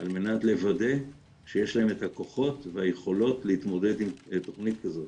על מנת לוודא שיש להם את הכוחות והיכולות להתמודד עם תוכנית כזאת.